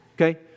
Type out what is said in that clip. Okay